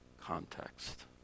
context